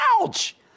Ouch